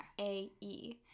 A-E